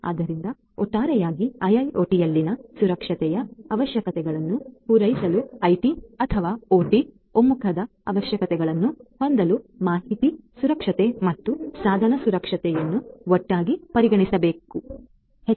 ಆದ್ದರಿಂದ ಒಟ್ಟಾರೆಯಾಗಿ ಐಐಒಟಿಯಲ್ಲಿನ ಸುರಕ್ಷತೆಯ ಅವಶ್ಯಕತೆಗಳನ್ನು ಪೂರೈಸಲು ಐಟಿ ಅಥವಾ ಒಟಿ ಒಮ್ಮುಖದ ಅವಶ್ಯಕತೆಗಳನ್ನು ಹೊಂದಲು ಮಾಹಿತಿ ಸುರಕ್ಷತೆ ಮತ್ತು ಸಾಧನ ಸುರಕ್ಷತೆಯನ್ನು ಒಟ್ಟಿಗೆ ಪರಿಗಣಿಸಬೇಕಾಗುತ್ತದೆ